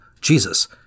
Jesus